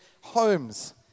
homes